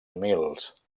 humils